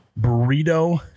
burrito